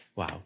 Wow